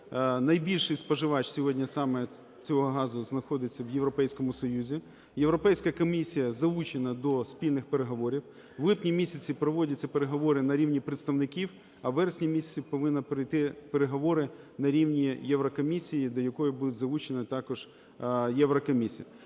Найбільший споживач сьогодні саме цього газу знаходиться в Європейському Союзі. Європейська комісія залучена до спільних переговорів. В липні місяці проводяться переговори на рівні представників, а у вересні місяці повинні пройти переговори на рівні Єврокомісії, до якої буде залучена також Єврокомісія.